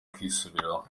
kwisubiraho